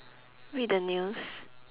read the news